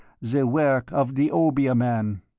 the work of the obeah man.